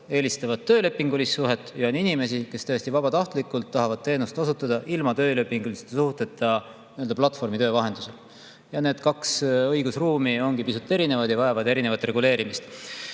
eelistavad töölepingulist suhet, ja on inimesi, kes tõesti vabatahtlikult tahavad teenust osutada ilma töölepinguta platvormi vahendusel. Ja need kaks õigusruumi ongi pisut erinevad ja vajavad erinevat reguleerimist.